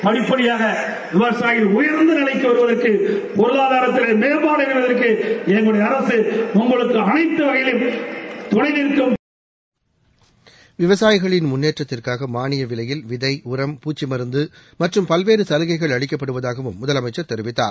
படிப்படியாக விவசாயிகள் உயர்ந்த நிலைக்கு வருவதற்கு பொருளாதாரத்தில் பொருளாதாரத்தில் பேப்பாடு அடைவதற்கு என்னுடைய அரசு உங்குளுக்கு அனைத்து வகையிலும் துணை நிற்கும் விவசாயிகளின் முன்னேற்றத்திற்காக மாளிய விலையில் விதை உரம் பூச்சிமருந்து மற்றும் பல்வேறு சலுகைகள் அளிக்கப்படுவதாகவும் முதலமைச்சர் தெரிவித்தார்